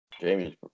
Jamie's